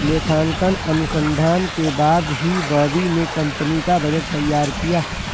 लेखांकन अनुसंधान के बाद ही बॉबी ने कंपनी का बजट तैयार किया